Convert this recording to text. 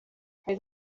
hari